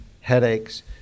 headaches